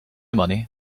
money